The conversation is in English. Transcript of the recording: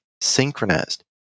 synchronized